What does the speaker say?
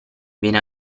viene